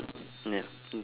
ya it's